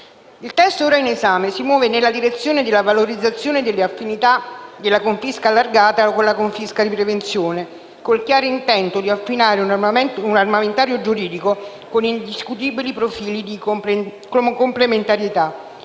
Il testo ora in esame si muove nella direzione della valorizzazione delle affinità della confisca allargata con la confisca di prevenzione, con il chiaro intento di affinare un armamentario giuridico con indiscutibili profili di complementarietà: